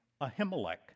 Ahimelech